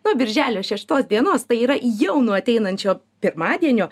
nuo birželio šeštos dienos tai yra jau nuo ateinančio pirmadienio